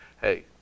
Hey